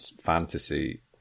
fantasy